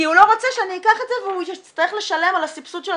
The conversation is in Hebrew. אולי קצת בשונה מארצות הברית,